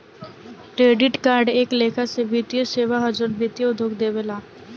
credit card एक लेखा से वित्तीय सेवा ह जवन वित्तीय उद्योग देवेला